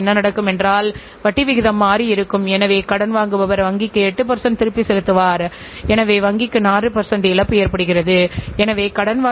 மக்கள் அந்த தயாரிப்புகளை வாங்குவதை நிறுத்திவிட்டனர் அந்த நிறுவனங்களை இறந்த நிறுவனங்கள் எனக் கருதுகின்றனர்